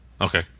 Okay